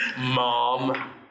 Mom